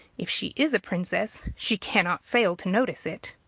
if she is a princess, she cannot fail to notice it.